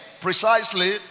precisely